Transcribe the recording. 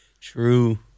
True